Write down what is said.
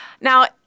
Now